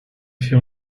few